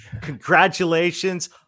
Congratulations